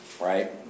right